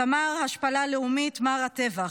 אתה מר ההשפלה הלאומית, מר הטבח.